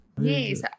Yes